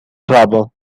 trouble